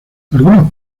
algunos